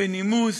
בנימוס,